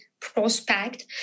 prospect